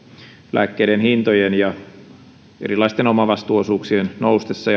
lääkkeiden hintojen ja erilaisten omavastuuosuuksien noustessa